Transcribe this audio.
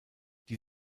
die